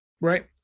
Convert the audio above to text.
right